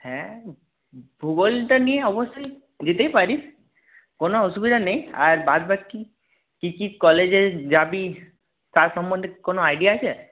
হ্যাঁ ভূগোলটা নিয়ে অবশ্যই দিতেই পারিস কোনো অসুবিধা নেই আর বাদ বাকি কী কী কলেজে যাবি তার সম্বন্ধে কোনো আইডিয়া আছে